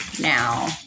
now